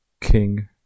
king